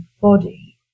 body